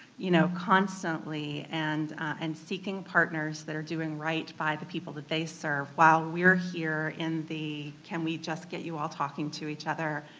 you know, constantly, and and seeking partners that are doing right by the people that they serve, while we're here in the can we just get you all talking to each other,